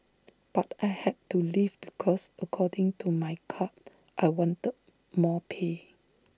but I had to leave because according to my card I wanted more pay